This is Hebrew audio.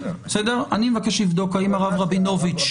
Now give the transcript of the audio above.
אני מבקש לבדוק האם הרב רבינוביץ,